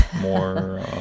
more